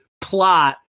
plot